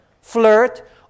flirt